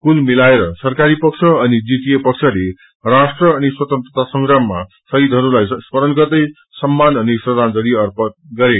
कुल मिलाएर सरकारी पक्ष अनि जीटिए पक्षले राष्ट्र अनि स्वतन्त्रता संग्रामामा शहिदहरूलाई स्मरण गर्दै सम्मान अनि श्रदाजंली अर्पण गरे